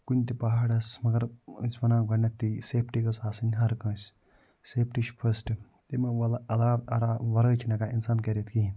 کُنہِ تہِ پہاڑَس مگر ٲسۍ وَنان گۄڈٕنٮ۪تھٕے سیفٹی گٔژھ آسٕنۍ ہر کٲنٛسہِ سٮ۪فٹی چھِ فٔسٹ تٔمۍ علاوٕ اَراو ورٲے چھِنہٕ ہٮ۪کان اِنسان کٔرِتھ کِہیٖنۍ